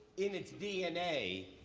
in its dna,